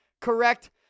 correct